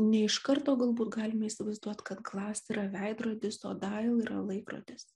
ne iš karto galbūt galime įsivaizduoti kad glas yra veidrodis o dail yra laikrodis